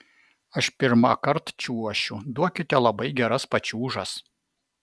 aš pirmąkart čiuošiu duokite labai geras pačiūžas